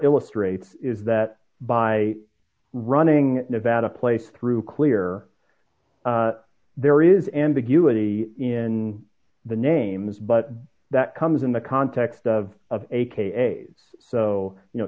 illustrates is that by running nevada place through clear there is ambiguity in the names but that comes in the context of a case so you know